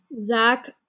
Zach